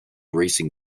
racing